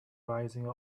rising